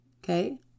Okay